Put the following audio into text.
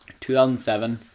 2007